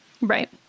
right